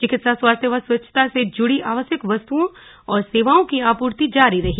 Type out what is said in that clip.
चिकित्सा स्वास्थ्य व स्वच्छता से जुड़ी आवश्यक वस्तुओं और सेवाएं की आपूर्ति जारी रही